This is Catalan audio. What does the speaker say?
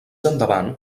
endavant